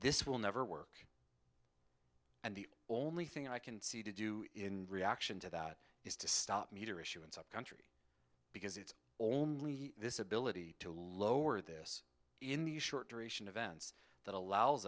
this will never work and the only thing i can see to do in reaction to that is to stop meter issuance upcountry because it's only this ability to lower this in the short duration event that allows